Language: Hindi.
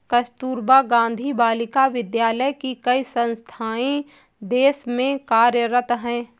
कस्तूरबा गाँधी बालिका विद्यालय की कई संस्थाएं देश में कार्यरत हैं